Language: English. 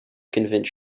convince